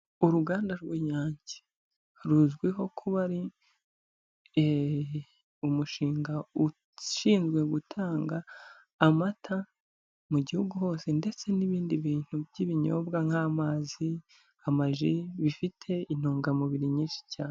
Uruganda rw'Inyange, ruzwiho kuba ari umushinga ushinzwe gutanga amata mu gihugu hose ndetse n'ibindi bintu by'ibinyobwa nk'amazi, amaji bifite intungamubiri nyinshi cyane.